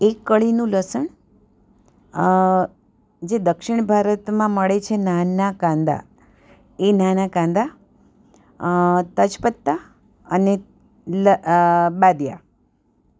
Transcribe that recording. એક કળીનું લસણ જે દક્ષિણ ભારતમાં મળે છે નાના કાંદા એ નાના કાંદા તજ પત્તા અને લ બાદિયા